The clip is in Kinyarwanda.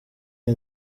iya